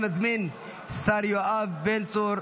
אני מזמין את השר יואב בן צור,